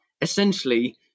essentially